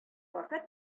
вакыт